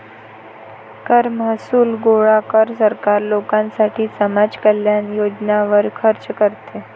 कर महसूल गोळा कर, सरकार लोकांसाठी समाज कल्याण योजनांवर खर्च करते